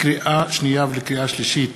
לקריאה שנייה ולקריאה שלישית,